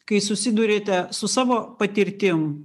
kai susiduriate su savo patirtim